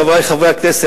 חברי חברי הכנסת,